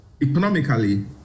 economically